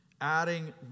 adding